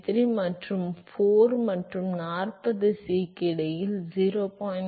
33 மற்றும் 4 மற்றும் 40 C க்கு இடையில் 0